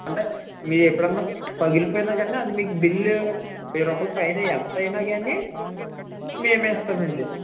అంటే మీది ఎప్పుడన్న పగిలిపోయిన గానీ అది మీకు బిల్లు వేయి రూపాయలు పైనే ఎంతైన గాని మేమే ఇస్తామండి